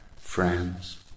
friends